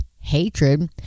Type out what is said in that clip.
hatred